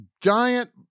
giant